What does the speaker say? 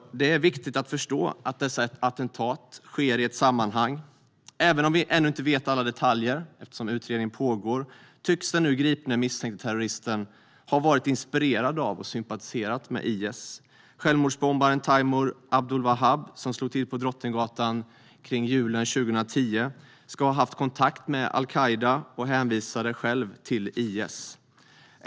Det är viktigt att förstå att dessa attentat sker i ett sammanhang. Även om vi ännu inte känner till alla detaljer eftersom utredningen pågår tycks den nu gripne misstänkte terroristen ha varit inspirerad av och sympatiserat med IS. Självmordsbombaren Taimour Abdulwahab, som slog till på Drottninggatan kring julen 2010, ska ha haft kontakt med al-Qaida och hänvisade själv till IS.